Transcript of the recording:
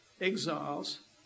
exiles